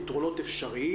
פתרונות אפשריים,